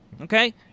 Okay